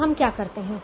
तो हम क्या करते हैं